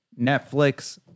Netflix